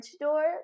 door